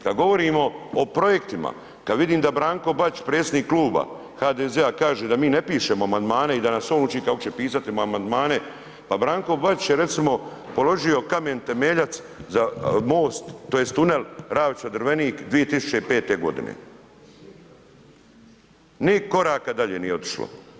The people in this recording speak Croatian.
Kada govorimo o projektima, kada vidim da Branko Bačić predsjednik kluba HDZ-a kaže da mi pišemo amandmane i da nas on uči kako ćemo pisati amandmane, pa Branko Bačić je recimo položio kamen temelja za most tj. Tunel RAvča-Drvenik 2005. godine, ni koraka dalje nije otišlo.